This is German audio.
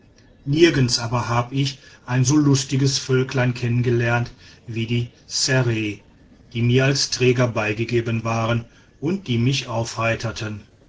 nirgends aber habe ich ein so lustiges völklein kennen gelernt wie die ssere die mir als träger beigegeben waren und die mich aufheiterten